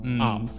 up